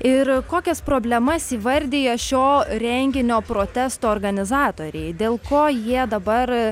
ir kokias problemas įvardija šio renginio protesto organizatoriai dėl ko jie dabar